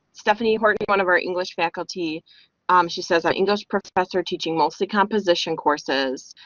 stephanie heard one of our english faculty um she says i'm english professor teaching mostly composition courses.